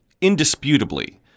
indisputably